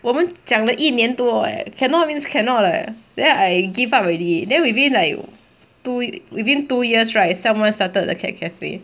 我们讲了一年多 leh cannot means cannot leh then I give up already then within like two within two years right someone started a cat cafe